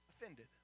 offended